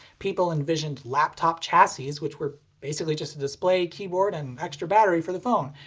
people envisioned laptop chassis which were basically just a display, keyboard, and extra battery for the phone,